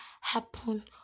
happen